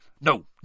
No